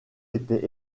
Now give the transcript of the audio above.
était